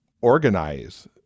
organize